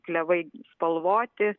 klevai spalvoti